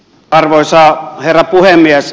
arvoisa herra puhemies